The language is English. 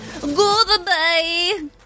Goodbye